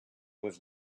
was